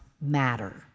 matter